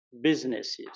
businesses